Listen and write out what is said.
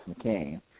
McCain